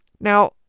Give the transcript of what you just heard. Now